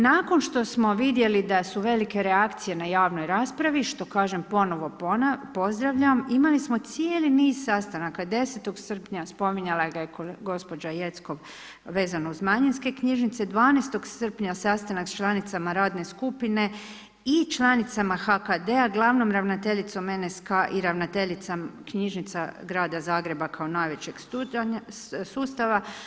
Nakon što smo vidjeli da su velike reakcije na javnoj raspravi, što kažem ponovno pozdravljam, imali smo cijeli niz sastanaka, 10. srpnja spominjala ga je gospođa Jeckov vezano uz manjinske knjižnice, 12. srpnja sastanak sa članicama radne skupine i članicama HKD-a, glavnom ravnateljicom NSK i ravnateljicama Knjižnica Grada Zagreba kao najvećeg sustava.